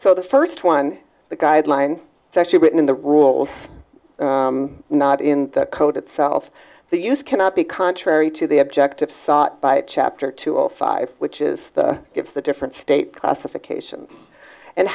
so the first one the guideline is actually written in the rules not in the code itself the use cannot be contrary to the objective sought by chapter two o five which is gives the different state classification and